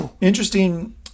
Interesting